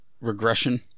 regression